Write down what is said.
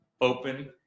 open